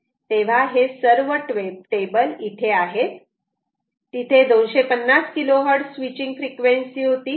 तेव्हा हे सर्व टेबल आहेत तिथे 250 KHz स्विचींग फ्रिक्वेन्सी होती